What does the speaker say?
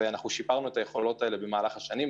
אנחנו שיפרנו את היכולות האלה במהלך השנים,